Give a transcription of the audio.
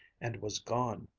and was gone.